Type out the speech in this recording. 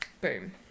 Boom